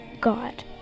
God